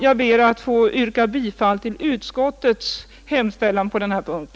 Jag ber att få yrka bifall till utskottets hemställan på denna punkt.